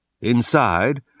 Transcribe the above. Inside